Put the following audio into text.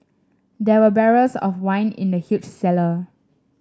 there were barrels of wine in the huge cellar